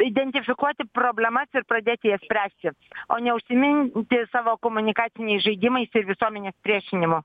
identifikuoti problemas ir pradėti jas spręsti o neužsiminti savo komunikaciniais žaidimais ir visuomenės priešinimu